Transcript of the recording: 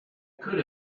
could